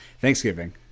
Thanksgiving